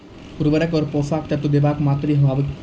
उर्वरक आर पोसक तत्व देवाक मात्राकी हेवाक चाही?